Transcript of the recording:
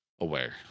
aware